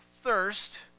thirst